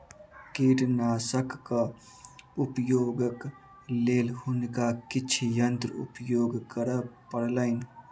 कीटनाशकक उपयोगक लेल हुनका किछ यंत्र उपयोग करअ पड़लैन